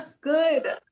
good